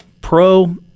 pro